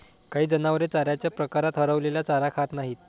काही जनावरे चाऱ्याच्या प्रकारात हरवलेला चारा खात नाहीत